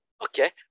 Okay